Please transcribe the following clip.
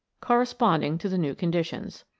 corresponding to the new conditions.